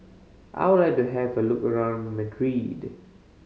I would like to have a look around